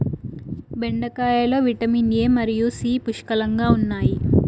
బెండకాయలో vitamin A మరియు C పుష్కలంగా ఉన్నాయి